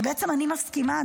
ובעצם אני מסכימה,